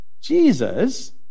Jesus